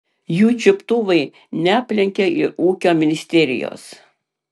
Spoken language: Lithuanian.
jų čiuptuvai neaplenkė ir ūkio ministerijos